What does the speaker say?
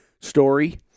story